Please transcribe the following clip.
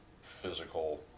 physical